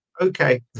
okay